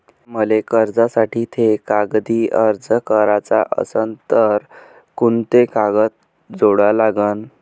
मले कर्जासाठी थे कागदी अर्ज कराचा असन तर कुंते कागद जोडा लागन?